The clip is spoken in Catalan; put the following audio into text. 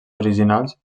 originals